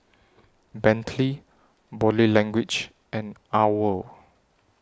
Bentley Body Language and OWL